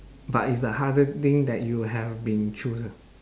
but is the hardest thing that you have been choose ah